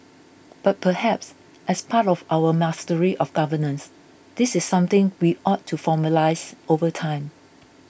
but perhaps as part of our mastery of governance this is something we ought to formalise over time